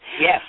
Yes